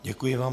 Děkuji vám.